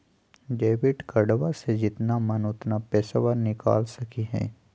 Debit कार्डबा से जितना मन उतना पेसबा निकाल सकी हय?